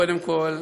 קודם כול,